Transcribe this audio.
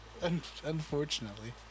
Unfortunately